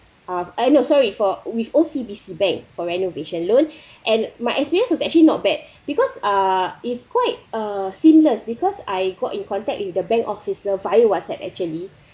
I've eh no sorry for with O_C_B_C bank for renovation loan and my experience was actually not bad because uh is quite uh seamless because I got in contact with the bank officer via whatsapp actually